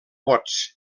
vots